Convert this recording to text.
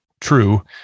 True